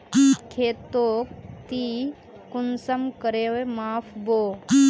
खेतोक ती कुंसम करे माप बो?